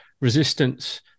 Resistance